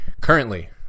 currently